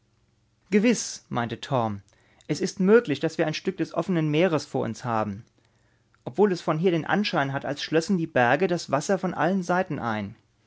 gewiß meinte torm es ist möglich daß wir ein stück des offenen meeres vor uns haben obwohl es von hier den anschein hat als schlössen die berge das wasser von allen seiten ein